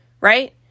right